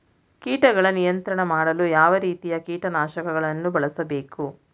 ಕೀಟಗಳ ನಿಯಂತ್ರಣ ಮಾಡಲು ಯಾವ ರೀತಿಯ ಕೀಟನಾಶಕಗಳನ್ನು ಬಳಸಬೇಕು?